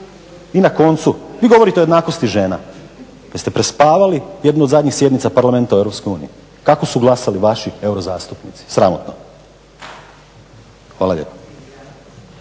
I na koncu, vi govorite o jednakosti žena, jeste prespavali jednu od zadnjih sjednica Parlamenta u EU? Kako su glasali vaši euro zastupnici? Sramotno! Hvala lijepa.